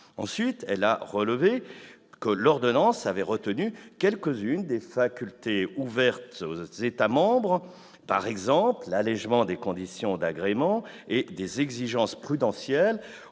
Ensuite, elle a relevé que l'ordonnance avait retenu quelques-unes des facultés ouvertes aux États membres, par exemple l'allégement des conditions d'agrément et des exigences prudentielles